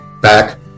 back